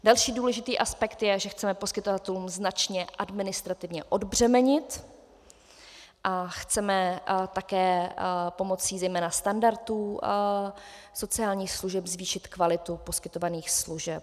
Další důležitý aspekt je, že chceme poskytovatelům značně administrativně odbřemenit a chceme také pomocí zejména standardů sociálních služeb zvýšit kvalitu poskytovaných služeb.